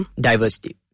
diversity